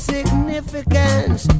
Significance